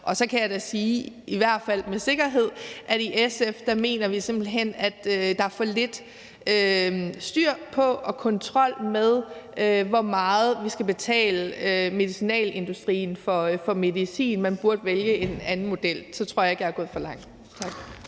Så kan jeg da i hvert fald sige med sikkerhed, at i SF mener vi simpelt hen, at der er for lidt styr på og kontrol med, hvor meget vi skal betale medicinalindustrien for medicin. Man burde vælge en anden model. Så tror jeg ikke, jeg er gået for langt. Tak.